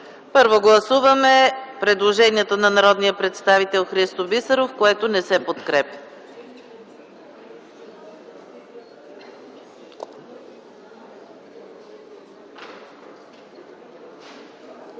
Първо, гласуваме предложението на народния представител Христо Бисеров, което не се подкрепя